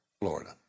Florida